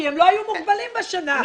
כי הם לא היו מוגבלים בשנה אחורה.